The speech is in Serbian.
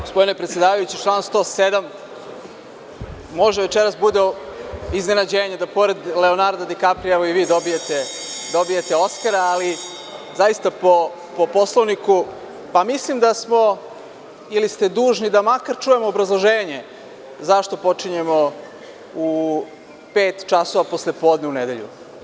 Gospodine predsedavajući, član 107, možda večeras bude iznenađenje, da pored Leonarda di Kaprija, i vi dobijete Oskara, ali zaista po Poslovniku, mislim da smo, ili ste dužni da, makar čujemo obrazloženje zašto počinjemo u pet časova posle podne u nedelju.